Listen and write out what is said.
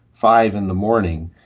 five in the morning,